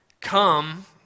Come